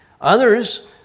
Others